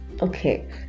okay